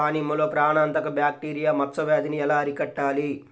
దానిమ్మలో ప్రాణాంతక బ్యాక్టీరియా మచ్చ వ్యాధినీ ఎలా అరికట్టాలి?